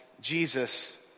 Jesus